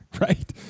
Right